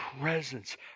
presence